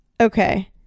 Okay